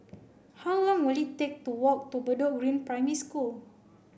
how long will it take to walk to Bedok Green Primary School